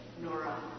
Nora